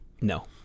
No